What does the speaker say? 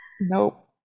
nope